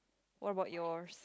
what about yours